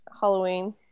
Halloween